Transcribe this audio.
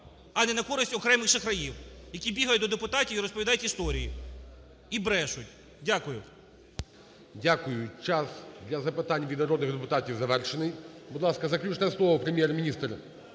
а не на користь окремих шахраїв, які бігають до депутатів і розповідають історії, і брешуть. Дякую. ГОЛОВУЮЧИЙ. Дякую. Час для запитань від народних депутатів завершений. Будь ласка, заключне слово - Прем'єр-міністр.